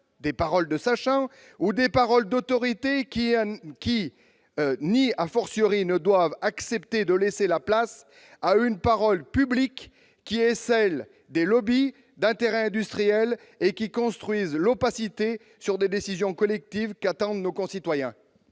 des paroles de sachants ou des paroles d'autorité ni ne doivent accepter de laisser la place à une parole publique qui est celle de lobbies, d'intérêts industriels et qui construisent l'opacité sur des décisions collectives qu'attendent nos concitoyens.